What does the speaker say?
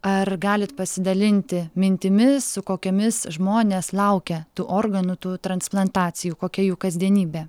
ar galit pasidalinti mintimis su kokiomis žmonės laukia tų organų tų transplantacijų kokia jų kasdienybė